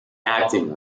acting